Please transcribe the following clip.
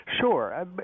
Sure